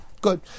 Good